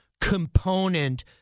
component